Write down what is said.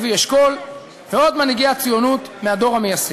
לוי אשכול ועוד ממנהיגי הציונות מהדור המייסד.